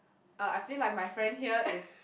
uh I feel like my friend here is